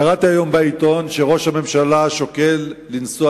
קראתי היום בעיתון שראש הממשלה שוקל לנסוע